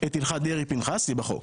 את הלכת דרעי-פנחסי בחוק,